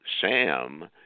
Sam